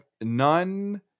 none